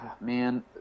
man